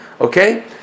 Okay